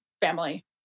family